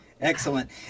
Excellent